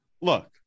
Look